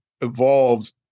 evolved